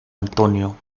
antonio